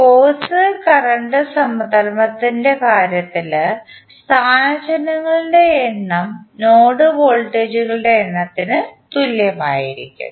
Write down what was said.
force current സമധർമത്തിന്റെ കാര്യത്തിൽ സ്ഥാനചലനങ്ങളുടെ എണ്ണം നോഡ് വോൾട്ടേജുകളുടെ എണ്ണത്തിന് തുല്യമായിരിക്കും